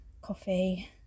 coffee